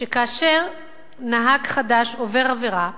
שכאשר נהג חדש עובר עבירה,